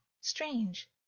strange